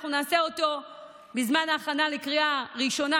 אנחנו נעשה אותו בזמן ההכנה לקריאה ראשונה,